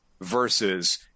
versus